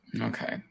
Okay